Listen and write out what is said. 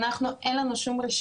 אבל לנו אין רשימות.